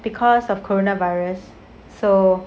because of corona virus so